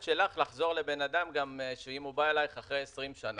שלך לחזור לבן אדם אם הוא בא אליך אחרי 20 שנים.